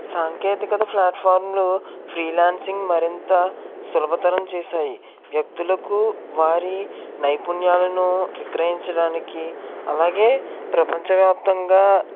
సాంకేతికత ప్లాట్ఫామ్లు freelancing మరింత సులభతరం చేశాయి వ్యక్తులకు వారి నైపుణ్యాలను విక్రయించడానికి అలాగే ప్రపంచవ్యాప్తంగా